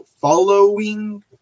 following